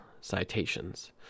citations